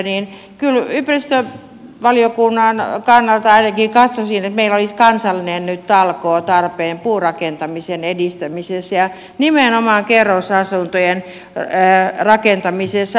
kyllä ympäristövaliokunnan kannalta ainakin katsoisin että meillä olisi nyt kansallinen talkoo tarpeen puurakentamisen edistämisessä ja nimenomaan kerrosasuntojen rakentamisessa